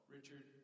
Richard